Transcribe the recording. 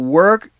work